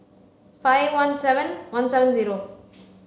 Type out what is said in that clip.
five one seven one seven zero